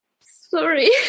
Sorry